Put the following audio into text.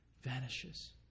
vanishes